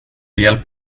hjälp